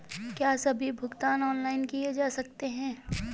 क्या सभी भुगतान ऑनलाइन किए जा सकते हैं?